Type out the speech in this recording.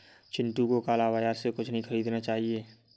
चिंटू को काला बाजार से कुछ नहीं खरीदना चाहिए